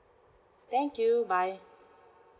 thank you bye